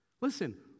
Listen